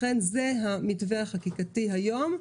זה המתווה החקיקתי היום,